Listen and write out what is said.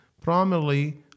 primarily